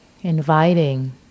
inviting